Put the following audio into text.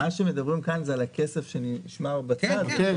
מה שמדברים כאן זה על הכסף שנשמר בצד.